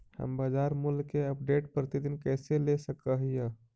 हम बाजार मूल्य के अपडेट, प्रतिदिन कैसे ले सक हिय?